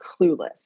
clueless